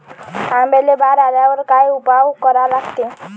आंब्याले बार आल्यावर काय उपाव करा लागते?